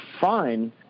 fine